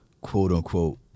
quote-unquote